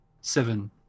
seven